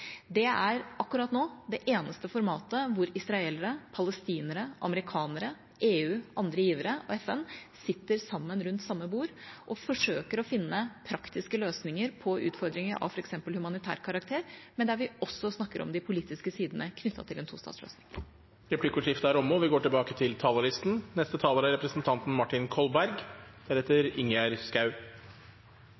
Det er akkurat nå det eneste formatet hvor israelere, palestinere, amerikanere, EU, andre givere og FN sitter sammen rundt samme bord og forsøker å finne praktiske løsninger på utfordringer av f.eks. humanitær karakter, og der vi også snakker om de politiske sidene knyttet til en tostatsløsning. Replikkordskiftet er omme. Vi i denne salen er sikkert enige om at Norge er